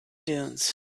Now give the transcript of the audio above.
dunes